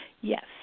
Yes